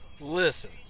Listen